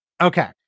okay